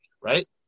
right